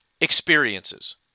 experiences